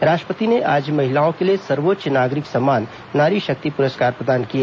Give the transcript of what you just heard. राष्ट्रपति ने आज महिलाओं के लिए सर्वोच्च नागरिक सम्मान नारी शक्ति प्रस्कार प्रदान किए